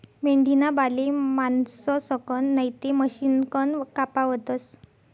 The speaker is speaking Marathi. मेंढीना बाले माणसंसकन नैते मशिनकन कापावतस